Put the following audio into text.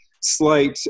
slight